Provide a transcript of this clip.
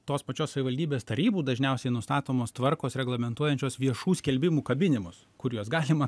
tos pačios savivaldybės tarybų dažniausiai nustatomos tvarkos reglamentuojančios viešų skelbimų kabinimus kur juos galima